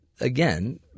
again